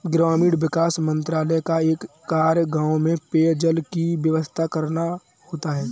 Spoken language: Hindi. ग्रामीण विकास मंत्रालय का एक कार्य गांव में पेयजल की व्यवस्था करना होता है